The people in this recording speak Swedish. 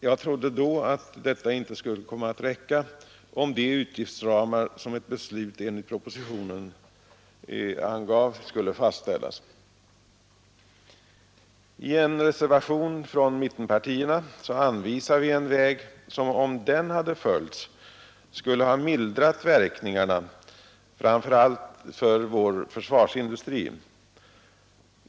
Jag trodde då att denna minskning inte skulle vara tillräcklig, om man beslutade fastställa de utgiftsramar som angavs i propositionen. I en reservation från mittenpartierna anvisades en väg som, om den hade följts, skulle ha mildrat verkningarna, framför allt för vår försvarsindustri.